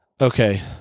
Okay